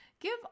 Give